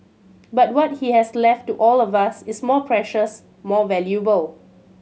but what he has left to all of us is more precious more valuable